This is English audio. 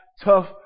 tough